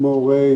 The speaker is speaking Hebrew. כמו ריי,